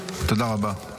תודה רבה.